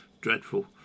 dreadful